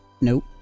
Nope